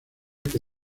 que